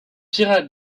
pirates